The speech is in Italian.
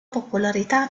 popolarità